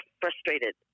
frustrated